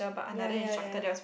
ya ya ya